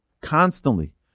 constantly